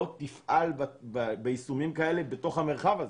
לא תפעל ביישומים כאלה בתוך המרחב הזה.